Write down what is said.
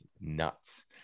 nuts